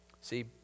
See